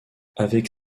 avec